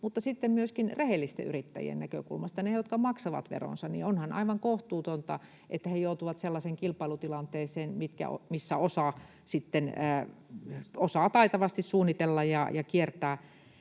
mutta sitten myöskin rehellisten yrittäjien näkökulmasta, niiden, jotka maksavat veronsa. Onhan aivan kohtuutonta, että he joutuvat sellaiseen kilpailutilanteeseen, missä osa sitten osaa taitavasti suunnitella ja kiertää